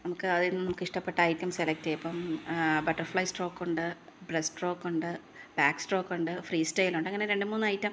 നമുക്ക് അതിന്നു നമുക്കിഷ്ടപ്പെട്ട ഐറ്റം സെലക്റ്റ് ചെയത് ഇപ്പം ബട്ടര്ഫ്ലൈ സ്ട്രോക്കുണ്ട് ബ്രേസ്റ്റ് സ്ട്രോക്കുണ്ട് ബാക്ക് സ്ട്രോക്കുണ്ട് ഫ്രീ സ്റ്റൈലുണ്ട് അങ്ങനെ രണ്ടു മൂന്ന് ഐറ്റം